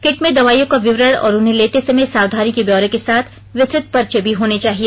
kit में दवाइयों का विवरण और उन्हें लेते समय सावधानी के ब्योरे के साथ विस्तृत पर्च भी होने चाहिए